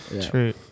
True